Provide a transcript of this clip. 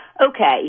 Okay